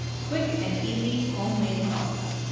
quick and easy homemade salsa.